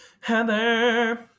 Heather